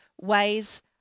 ways